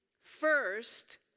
first